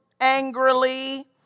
angrily